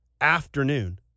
afternoon